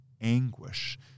anguish